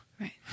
Right